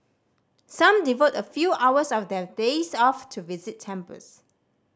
some devote a few hours of their days off to visit temples